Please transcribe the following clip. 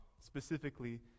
specifically